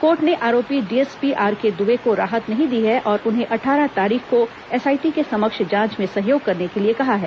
court ने आरोपी DSP RK Dubey को राहत नहीं दी है और उन्हें अट्ठारह तारीख को एसआईटी के समक्ष जांच में सहयोग करने के लिए कहा है